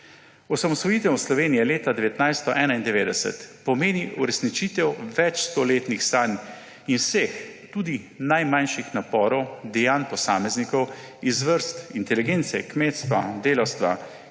Osamosvojitev Slovenije leta 1991 pomeni uresničitev večstoletnih sanj in vseh, tudi najmanjših naporov, dejanj posameznikov iz vrst inteligence, kmetstva, delavstva,